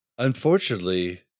Unfortunately